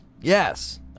yes